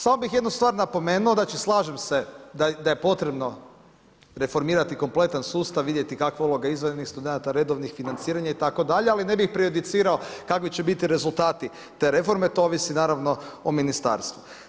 Samo bi jednu stvar napomenuo, znači slažem se da je potrebno reformirati kompletan sustav, vidjeti kako … izvanrednih studenata, redovnih financiranja itd. ali ne bih preeducirao kakvi će biti rezultati te reforme, to ovisi naravno o ministarstvu.